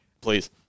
Please